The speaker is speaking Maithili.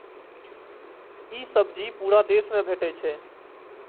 ई सब्जी पूरा देश मे भेटै छै